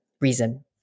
reason